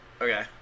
Okay